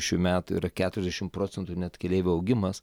šių metų yra keturiasdešim procentų net keleivių augimas